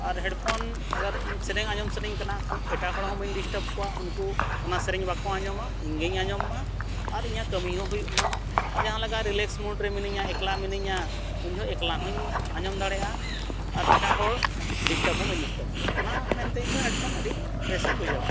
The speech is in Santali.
ᱟᱨ ᱦᱮᱰᱯᱷᱚᱱ ᱟᱜᱟᱨ ᱤᱧ ᱥᱮᱨᱮᱧ ᱟᱸᱡᱚᱢ ᱥᱟᱱᱟᱧ ᱠᱟᱱᱟ ᱮᱴᱟᱜ ᱦᱚᱲ ᱦᱚᱸ ᱵᱟᱹᱧ ᱰᱤᱥᱴᱟᱯ ᱠᱚᱣᱟ ᱩᱱᱠᱩ ᱚᱱᱟ ᱥᱮᱨᱮᱧ ᱵᱟᱠᱚ ᱟᱸᱡᱚᱢᱟ ᱤᱧ ᱜᱮᱧ ᱟᱸᱡᱚᱢ ᱢᱟ ᱟᱨ ᱤᱧᱟᱹᱜ ᱠᱟᱹᱢᱤ ᱦᱚᱸ ᱦᱩᱭᱩᱜ ᱢᱟ ᱟᱨ ᱡᱟᱦᱟᱸ ᱞᱮᱠᱟ ᱨᱤᱞᱮᱠᱥ ᱢᱩᱰ ᱨᱮ ᱢᱤᱱᱟᱹᱧᱟ ᱮᱠᱞᱟ ᱢᱤᱱᱟᱹᱧᱟ ᱩᱱᱦᱚᱸ ᱮᱠᱞᱟ ᱦᱚᱧ ᱟᱸᱡᱚᱢ ᱫᱟᱲᱮᱭᱟᱜᱼᱟ ᱟᱨ ᱮᱴᱟᱜ ᱦᱚᱲ ᱰᱤᱥᱴᱟᱯ ᱦᱚᱸ ᱵᱟᱹᱧ ᱰᱤᱥᱴᱟᱯ ᱠᱚᱣᱟ ᱚᱱᱟ ᱢᱮᱱᱛᱮ ᱤᱧ ᱫᱚ ᱦᱮᱰᱯᱷᱚᱱ ᱟᱹᱰᱤ ᱵᱮᱥᱤᱧ ᱵᱩᱡᱷᱟᱹᱣᱟ